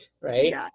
right